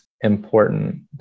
important